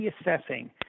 assessing